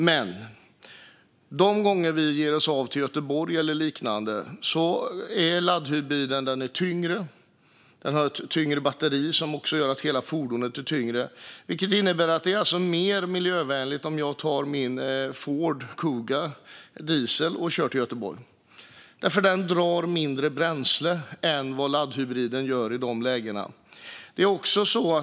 Men laddhybriden är tung - den har ett tyngre batteri än vanliga fordon, vilket gör att hela fordonet är tyngre - och det innebär att det blir mer miljövänligt att ta min Ford Kuga, som går på diesel, de gånger vi ger oss av till Göteborg eller liknande. Den drar nämligen mindre bränsle än vad laddhybriden gör i de lägena.